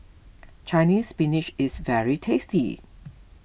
Chinese Spinach is very tasty